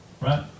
Right